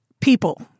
People